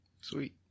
sweet